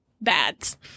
bads